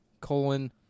colon